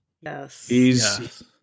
Yes